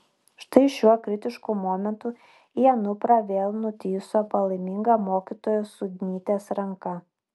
štai šiuo kritišku momentu į anuprą vėl nutįso palaiminga mokytojos sudnytės ranka